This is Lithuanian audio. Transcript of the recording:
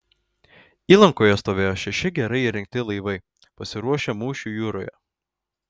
įlankoje stovėjo šeši gerai įrengti laivai pasiruošę mūšiui jūroje